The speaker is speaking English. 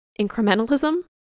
incrementalism